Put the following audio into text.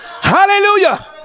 hallelujah